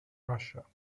russia